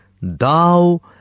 thou